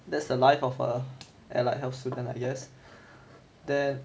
that's the life of a allied health student I guess then